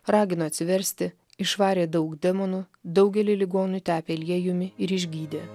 ragino atsiversti išvarė daug demonų daugelį ligonių tepė aliejumi ir išgydė